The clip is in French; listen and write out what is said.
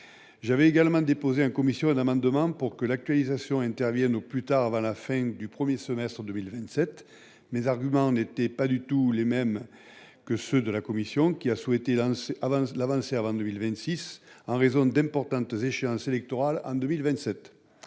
J'avais déposé en commission un amendement pour que l'actualisation intervienne au plus tard avant la fin du premier semestre 2027. Mes arguments n'étaient pas du tout les mêmes que ceux de la commission, qui a souhaité avancer cette actualisation en 2026 en raison d'importantes échéances électorales en 2027.